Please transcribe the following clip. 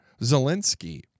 Zelensky